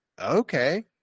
Okay